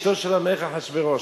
אשתו של המלך אחשוורוש?